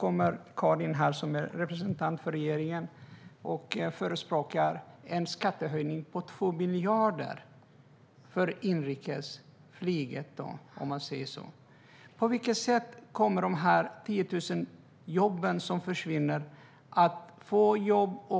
Men som representant för regeringen förespråkar nu Karin en skattehöjning på 2 miljarder på inrikesflyget. Det kommer att försvinna 10 000 jobb.